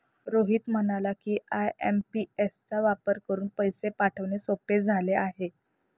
रोहित म्हणाला की, आय.एम.पी.एस चा वापर करून पैसे पाठवणे सोपे झाले आहे